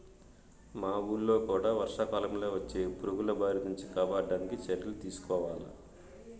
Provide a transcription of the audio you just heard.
మా వూళ్ళో కూడా వర్షాకాలంలో వచ్చే పురుగుల బారి నుంచి కాపాడడానికి చర్యలు తీసుకోవాల